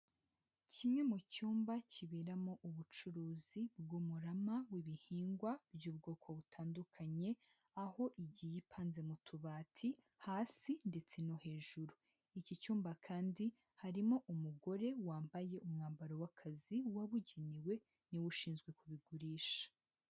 Kimwe mu cyumba kiberamo ubucuruzi bw'umurama w'ibihingwa by'ubwoko butandukanye, aho igiye ipanze mu tubati hasi ndetse no hejuru, iki cyumba kandi harimo umugore wambaye umwambaro w'akazi wabugenewe, niwe ushinzwe kubigurisha.